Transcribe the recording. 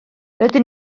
rydyn